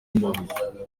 amabuye